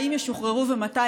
2. האם ישוחררו ומתי?